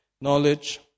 knowledge